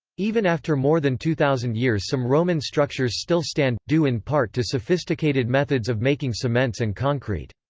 even after more than two thousand years some roman structures still stand, due in part to sophisticated methods of making cements and concrete.